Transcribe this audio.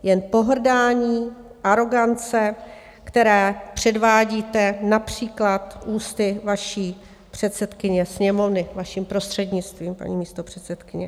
Jen pohrdání, arogance, které předvádíte například ústy vaší předsedkyně Sněmovny, vaším prostřednictvím, paní místopředsedkyně.